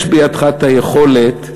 יש בידך היכולת,